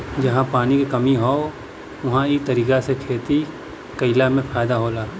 जहां पानी के कमी हौ उहां इ तरीका से खेती कइला में फायदा होला